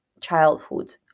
childhood